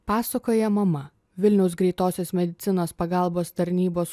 pasakoja mama vilniaus greitosios medicinos pagalbos tarnybos